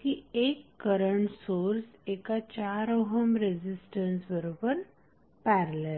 की एक current source एका 4 ओहम रेझिस्टन्स बरोबर पॅरलल आहे